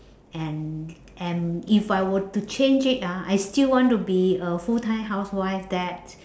and and if I were to change it ah I still want to be a full time housewife that